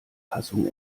fassung